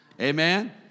Amen